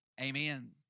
Amen